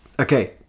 okay